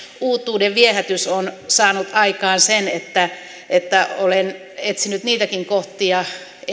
uutuudenviehätys on saanut aikaan sen että että olen etsinyt niitäkin kohtia